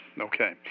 okay